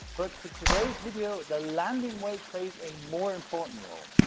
but for today's video, the landing weight plays a more important role.